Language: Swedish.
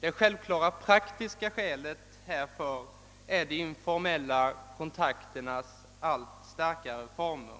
Det självklara praktiska skälet för beslutet är de informella kontakternas allt starkare former.